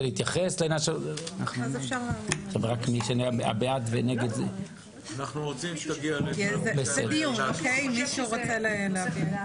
מי בעד קבלת